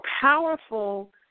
powerful